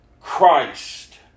Christ